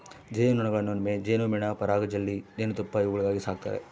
ಜೇನು ನೊಣಗಳನ್ನು ಜೇನುಮೇಣ ಪರಾಗ ಜೆಲ್ಲಿ ಜೇನುತುಪ್ಪ ಇವುಗಳಿಗಾಗಿ ಸಾಕ್ತಾರೆ